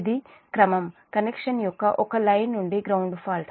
ఇది క్రమం కనెక్షన్ యొక్క ఒక్క లైన్ నుండి గ్రౌండ్ ఫాల్ట్